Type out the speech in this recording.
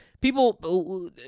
People